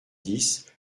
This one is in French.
dix